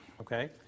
okay